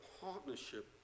partnership